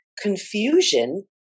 confusion